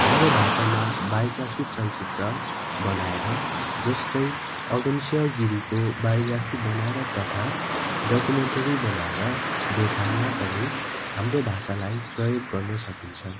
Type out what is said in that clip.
हाम्रो भाषामा बायोग्राफी चलचित्र बनाएर जस्तै अगमसिंह गिरीको बायोग्राफी बनाएर तथा डोकुमेन्ट्री बनाएर देखाएमा पनि हाम्रो भाषालाई प्रयोग गर्न सकिन्छ